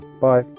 bye